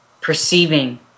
perceiving